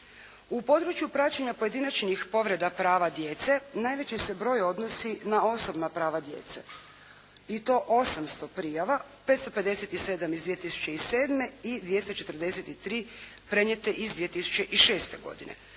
U području praćenja pojedinačnih povreda prava djece najveći se broj odnosi na osobna prava djece i to 800 prijava, 557 iz 2007. i 243 prenijete iz 2006. godine,